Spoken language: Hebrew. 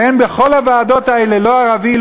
ואין בכל הוועדות האלה לא ערבי,